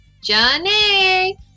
Johnny